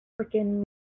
freaking